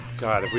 god.